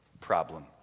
problem